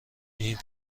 این